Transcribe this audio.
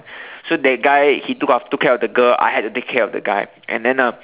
so that guy he took care af~ took care of the girl I had to take care of the guy and then uh